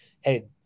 Hey